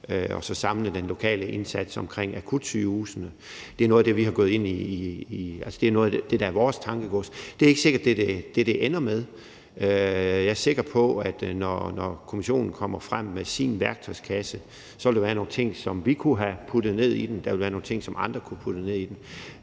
så samle den lokale indsats omkring akutsygehusene. Det er noget af det, der er vores tankegods. Det er ikke sikkert, at det er det, det ender med. Jeg er sikker på, at når kommissionen lægger sin værktøjskasse frem, så vil der være nogle ting, som vi kunne have puttet ned i den, og der vil være nogle ting, som andre kunne have puttet ned i den.